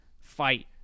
fight